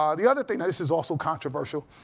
um the other thing this is also controversial.